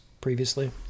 previously